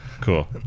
Cool